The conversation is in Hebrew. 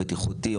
הבטיחותי,